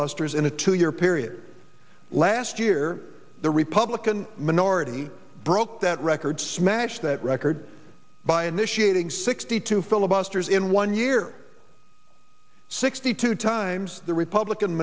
busters in a two year period last year the republican minority broke that record smash that record by initiating sixty two filibusters in one year sixty two times the republican